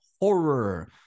horror